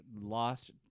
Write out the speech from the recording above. lost